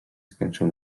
skończył